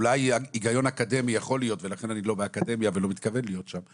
אולי היגיון אקדמי יכול להיות ולכן אני לא באקדמיה ולא מתכוון להיום שם,